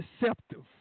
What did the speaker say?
deceptive